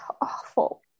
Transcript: awful